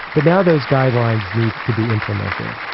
but now those guidelines need to be implemented.